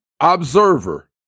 observer